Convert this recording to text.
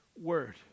Word